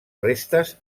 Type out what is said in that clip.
restes